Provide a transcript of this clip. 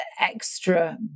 extra